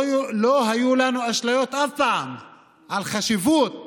לא היו לנו אשליות אף פעם על חשיבות